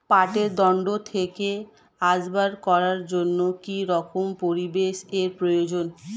পাটের দণ্ড থেকে আসবাব করার জন্য কি রকম পরিবেশ এর প্রয়োজন?